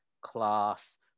class